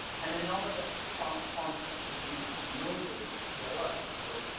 and another that plants plants produce noises their own. so,